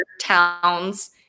towns